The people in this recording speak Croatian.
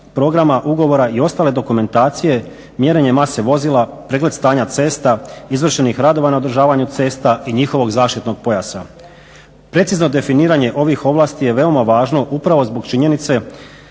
programa, ugovora i ostale dokumentacije, mjerenje mase vozila, pregled stanja cesta, izvršenih radova na održavanju cesta i njihovog zaštitnog pojasa. Precizno definiranje ovih ovlasti je veoma važno upravo zbog činjenice